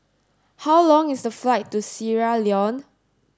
how long is the flight to Sierra Leone